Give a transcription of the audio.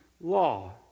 law